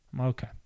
Okay